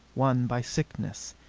one by sickness.